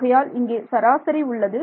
ஆகையால் இங்கே சராசரி உள்ளது